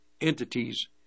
entities